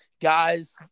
Guys